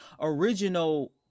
original